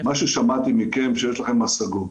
שמעתי מכם שיש לכם השגות.